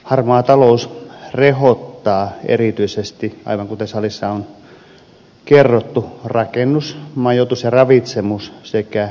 harmaa talous rehottaa erityisesti aivan kuten salissa on kerrottu rakennus majoitus ja ravitsemus sekä kuljetusaloilla